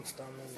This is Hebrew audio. בסם אללה